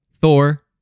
thor